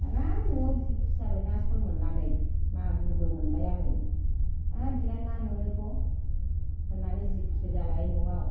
दाना न'आव जि खुसि जाबाय ना सल मोननानै मागुरबो मोनबाय आङो हाब बिराद ना मोनोथ' होननानै जि खुसि जालायबाय न'आव